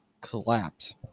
collapse